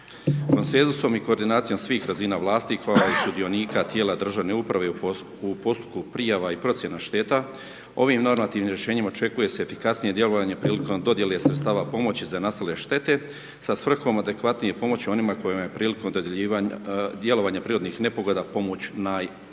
Konsenzusom i koordinacijom svih razina vlasti, kao i sudionika tijela državne uprave u postupku prijava i procjena šteta, ovim normativnim rješenjem očekuje se efikasnije djelovanje prilikom dodjele sredstava pomoći za nastale štete, sa svrhom adekvatnije pomoći onima kojima je prilikom djelovanja prirodnih nepogoda pomoć najpotrebnija.